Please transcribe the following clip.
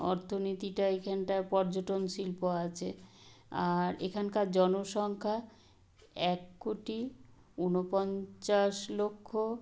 অর্থনীতিটা এইখানটা পর্যটন শিল্প আছে আর এখানকার জনসংখ্যা এক কোটি উনপঞ্চাশ লক্ষ